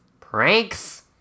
Pranks